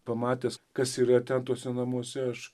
pamatęs kas yra ten tuose namuose aš